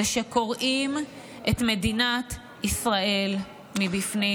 חברים, הוא שקורעים את מדינת ישראל מבפנים.